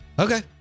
Okay